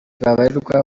babarirwa